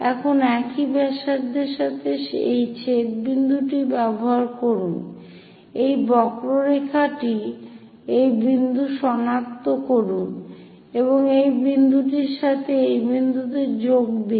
এখন একই ব্যাসার্ধের সাথে এই ছেদ বিন্দুটি ব্যবহার করুন এই বক্ররেখাটি এই বিন্দুটি সনাক্ত করুন এবং এই বিন্দুটির সাথে এই বিন্দুতে যোগ দিন